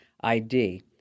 ID